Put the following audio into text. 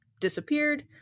disappeared